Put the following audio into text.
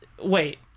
Wait